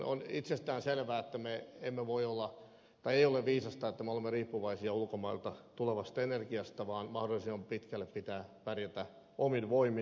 ei ole viisasta että me emme voi olla ei ole olemme riippuvaisia ulkomailta tulevasta energiasta vaan mahdollisimman pitkälle pitää pärjätä omin voimin